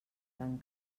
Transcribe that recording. tan